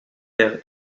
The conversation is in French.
père